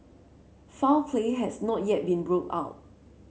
foul play has not yet been ruled out